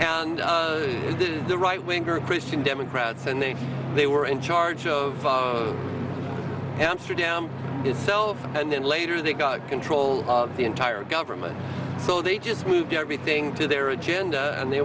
and the right wing or christian democrats and they they were in charge of amsterdam itself and then later they got control of the entire government so they just moved everything to their agenda and they